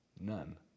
None